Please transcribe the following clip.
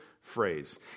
phrase